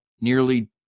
nearly